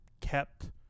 kept